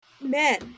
men